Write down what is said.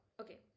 okay